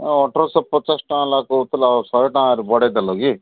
ଅଠରଶହ ପଚାଶ ଟଙ୍କା ବାଲା କହୁଥିଲ ଆଉ ଶହେ ଟଙ୍କା ଆର୍ ବଢ଼େଇଦେଲ କି